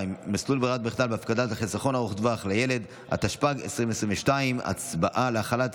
רופא ודימותנות רפואית), התשפ"ב 2022, נתקבלה.